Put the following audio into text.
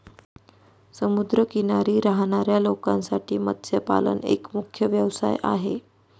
समुद्र किनारी राहणाऱ्या लोकांसाठी मत्स्यपालन एक मुख्य व्यवसाय आहे